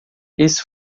esse